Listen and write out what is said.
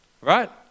Right